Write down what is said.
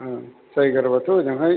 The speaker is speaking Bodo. जायगानिबाथ' ओजोंहाय